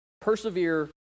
Persevere